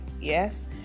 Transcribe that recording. Yes